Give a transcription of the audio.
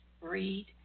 read